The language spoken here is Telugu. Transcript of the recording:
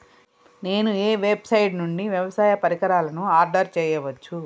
నేను ఏ వెబ్సైట్ నుండి వ్యవసాయ పరికరాలను ఆర్డర్ చేయవచ్చు?